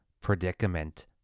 predicament